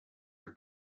for